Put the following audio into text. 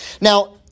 Now